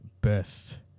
best